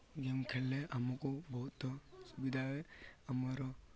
game ଖେଳିଲେ ଆମକୁ ବହୁତ ସୁବିଧା ହୁଏ ଆମର